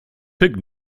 pig